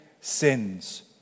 sins